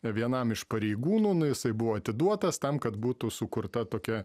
vienam iš pareigūnų nu jisai buvo atiduotas tam kad būtų sukurta tokia